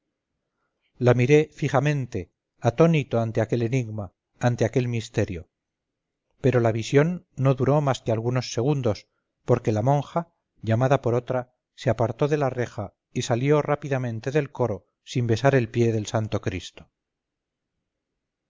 la miré fijamente atónito ante aquel enigma ante aquel misterio pero la visión no duró más que algunos segundos porque la monja llamada por otra se apartó de la reja y salió rápidamente del coro sin besar el pie del santo cristo